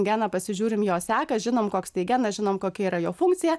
geną pasižiūrim jo seką žinom koks tai genas žinom kokia yra jo funkcija